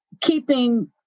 keeping